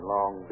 Long